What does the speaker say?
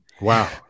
Wow